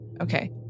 Okay